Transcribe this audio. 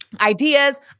Ideas